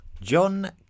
John